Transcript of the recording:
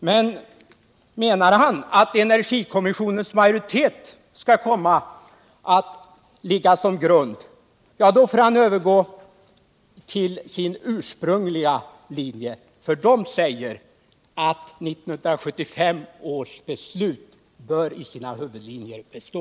Menar Per Unckel att energikommissionens majoritetsbeslut skall ligga till grund för ett fortsatt handlande? I så fall får han övergå till sin ursprungliga linje, som innebär att 1975 års beslut i sina huvudlinjer bör bestå.